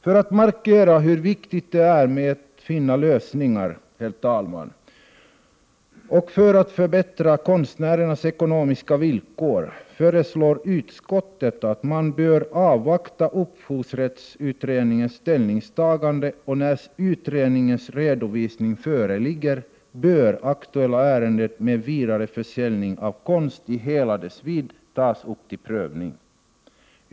För att markera hur viktigt det är att finna lösningar för att förbättra konstnärernas ekonomiska villkor föreslår utskottet att man skall avvakta upphovsrättsutredningens ställningstagande. När utredningens redovisning föreligger, bör det aktuella ärendet om avgift på vidareförsäljning av konst i hela dess vidd tas upp till prövning.